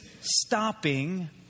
stopping